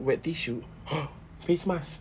wet tissue face mask